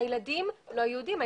הילדים לא יהודים.